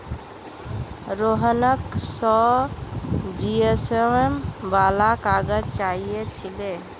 रोहनक सौ जीएसएम वाला काग़ज़ चाहिए छिले